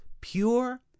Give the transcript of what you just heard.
pure